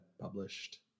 published